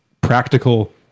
practical